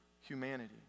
humanity